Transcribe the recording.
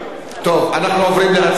אנחנו עוברים להצבעה,